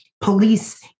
police